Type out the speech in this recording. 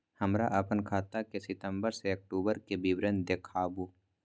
हमरा अपन खाता के सितम्बर से अक्टूबर के विवरण देखबु?